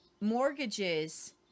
mortgages